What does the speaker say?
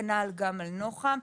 כנ"ל גם על נוח"מ.